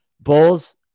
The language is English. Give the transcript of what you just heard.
Bulls